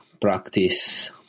practice